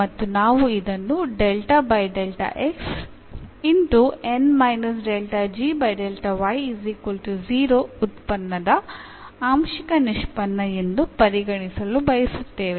ಮತ್ತು ನಾವು ಇದನ್ನು ಉತ್ಪನ್ನದ ಆಂಶಿಕ ನಿಷ್ಪನ್ನ ಎಂದು ಪರಿಗಣಿಸಲು ಬಯಸುತ್ತೇವೆ